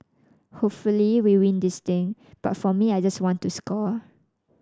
hopefully we win this thing but for me I just want to score